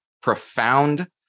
profound